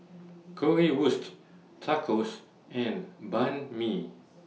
Currywurst Tacos and Banh MI